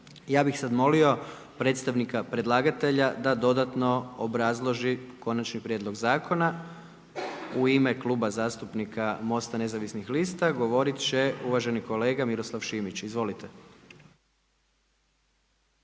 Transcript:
Ja bih sad molio predstavnika predlagatelja da dodatno obrazloži konačni prijedlog zakona. U ime Kluba zastupnika Mosta nezavisnih lista, govoriti će uvaženi kolega Miroslav Šimić. Izvolite.